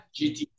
GT